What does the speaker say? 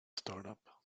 startup